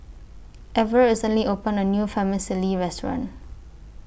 Everet recently opened A New Restaurant